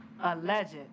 alleged